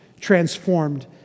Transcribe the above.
transformed